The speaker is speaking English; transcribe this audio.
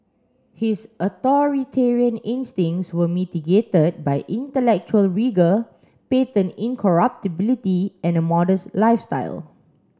his authoritarian instincts were mitigated by intellectual rigour patent incorruptibility and a modest lifestyle